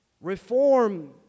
reform